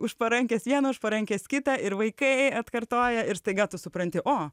už parankės vieną už parankės kitą ir vaikai atkartoja ir staiga tu supranti o